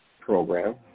program